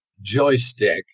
joystick